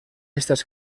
estas